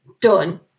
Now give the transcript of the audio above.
Done